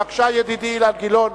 בבקשה, ידידי אילן גילאון.